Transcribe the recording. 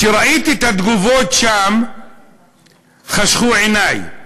כשראיתי את התגובות שם חשכו עיני.